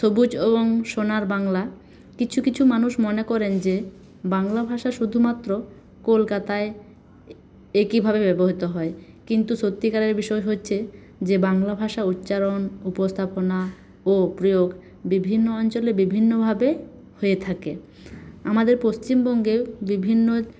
সবুজ সোনার বাংলা কিছু কিছু মানুষ মনে করেন যে বাংলা ভাষা শুধুমাত্র কলকাতায় একইভাবে ব্যবহৃত হয় কিন্তু সত্যিকারের বিষয় হচ্ছে যে বাংলা ভাষা উচ্চারণ উপস্থাপনা ও প্রয়োগ বিভিন্ন অঞ্চলে বিভিন্নভাবে হয়ে থাকে আমাদের পশ্চিমবঙ্গে বিভিন্ন